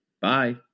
Bye